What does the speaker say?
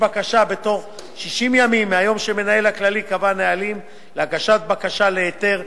בקשה בתוך 60 ימים מהיום שהמנהל הכללי קבע נהלים להגשת בקשה להיתר,